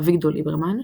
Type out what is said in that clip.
אביגדור ליברמן,